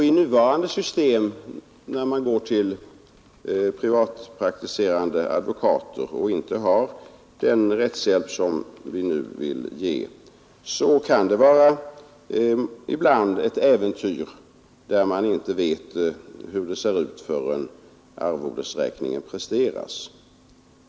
I nuvarande system, när man går till privatpraktiserande advokater och inte har den rättshjälp som vi nu vill ge, kan det ibland vara ett äventyr när man inte vet vad det kostar förrän arvodesräkningen presenteras.